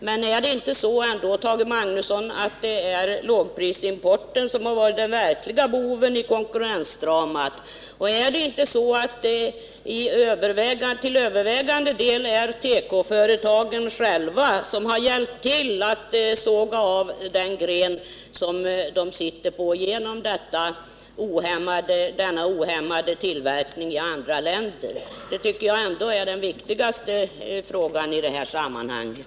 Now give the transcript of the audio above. Men är det inte ändå så, Tage Magnusson, att det är lågprisimporten som varit den verkliga boven i konkurrensdramat? Är det inte så att det till övervägande delen är tekoföretagen själva som har hjälpt till att såga av den gren som de sitter på genom sin ohämmade tillverkning i andra länder? Det tycker jag ändå är den viktigaste frågan i sammanhanget.